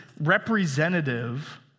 representative